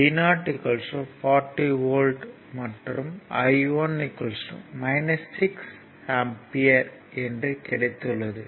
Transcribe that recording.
V o 40 volt மற்றும் I1 6 ampere என்று கிடைத்துள்ளது